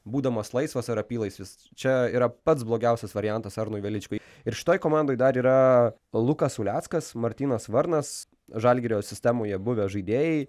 būdamas laisvas ar apylaisvis čia yra pats blogiausias variantas arnui veličkai ir šitoj komandoj dar yra lukas uleckas martynas varnas žalgirio sistemoje buvę žaidėjai